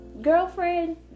Girlfriend